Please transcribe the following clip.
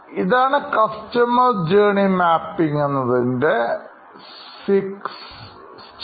ഇതാണ് customer journey mapping എന്നതിൻറെ 6 steps